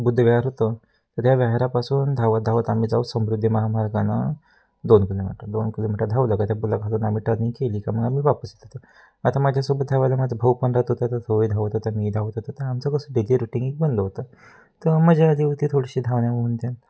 बुद्ध विहार होतं तर त्या विहारापासून धावत धावत आम्ही जाऊ समृद्धी महामार्गानं दोन किलोमीटर दोन किलोमीटर धावलं का त्या पुलाखालून आम्ही टर्निंग केली का मग आम्ही वापस येत होत आता माझ्यासोबत धवायला माझा भाऊ पण रहात होता तो ही धावत होता मी ही धावत होतो तर आमचं कसं डेली रुटीन एक बनल होतं तर मजा आली होती थोडीशी धावण्यामध्ये